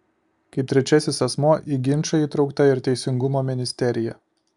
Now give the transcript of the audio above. kaip trečiasis asmuo į ginčą įtraukta ir teisingumo ministerija